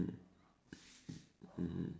mmhmm